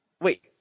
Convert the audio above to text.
Wait